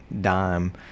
dime